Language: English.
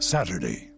Saturday